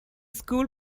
school